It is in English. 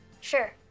Sure